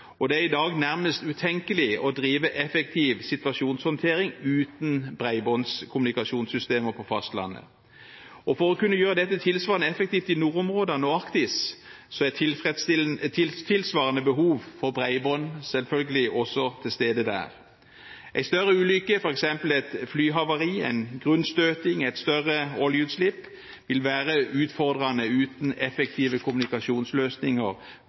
og det er i dag nærmest utenkelig å drive effektiv situasjonshåndtering uten bredbåndskommunikasjonssystemer på fastlandet. For å kunne gjøre dette tilsvarende effektivt i nordområdene og Arktis, er et tilsvarende behov for bredbånd selvfølgelig også til stede der. En større ulykke, f.eks. et flyhavari, en grunnstøting, et større oljeutslipp, vil være utfordrende uten effektive kommunikasjonsløsninger